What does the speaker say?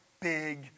big